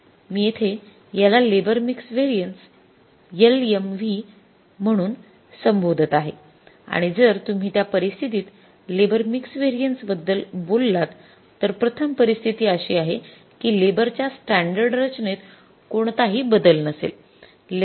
मी येथे याला labour mix variances म्हणून संबोधत आहे आणि जर तुम्ही त्या परिस्थितीत लेबर मिक्स व्हेरिएन्सेस बद्दल बोललात तर प्रथम परिस्थिती अशी आहे की लेबर च्या स्टॅंडर्ड रचनेत कोणताही बदल नसेल